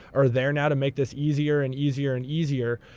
are there now to make this easier, and easier, and easier.